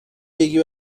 بگی